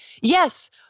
yes